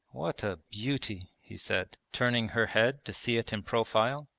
what a beauty he said, turning her head to see it in profile.